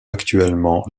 actuellement